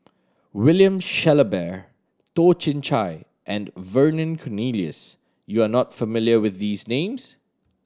William Shellabear Toh Chin Chye and Vernon Cornelius you are not familiar with these names